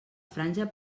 franja